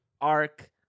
arc